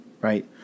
right